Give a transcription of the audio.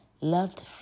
loved